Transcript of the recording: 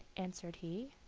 answered he.